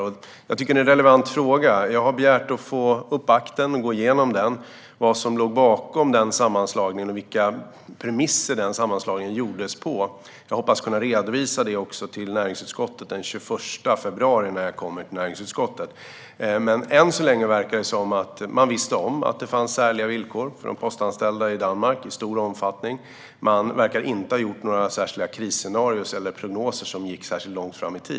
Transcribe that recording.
Jag tycker att detta är en relevant fråga. Jag har begärt att få akten för att kunna gå igenom den och se vad som låg bakom sammanslagningen och på vilka premisser sammanslagningen gjordes. Jag hoppas att kunna redovisa detta när jag kommer till näringsutskottet den 21 februari. Än så länge verkar det som att man visste om att det fanns särliga villkor för de postanställda i Danmark, i stor omfattning. Man verkar inte ha gjort några särskilda krisscenarier eller långtgående prognoser.